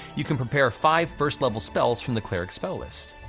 you can prepare five first level spells from the cleric spell list.